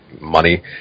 money